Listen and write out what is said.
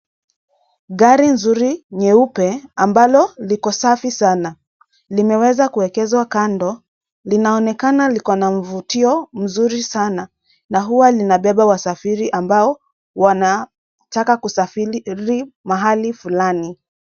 Gari nzuri nyeupe ambalo liko safi sana. Limeweza kuekezwa kando. Linaonekana liko na mvutio mzuri sana. Na huwa linabeba wasafiri ambao wanataka kusafiri mahali fulani.